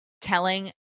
telling